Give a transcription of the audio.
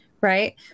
Right